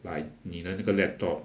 like 你的那个 laptop